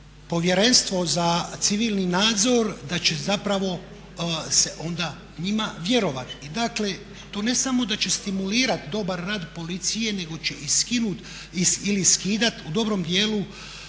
Povjerenstvo za civilni nadzor da će zapravo se onda njima vjerovati. I dakle, to ne samo da će stimulirat dobar rad policije nego će i skinut ili skidat u dobrom djelu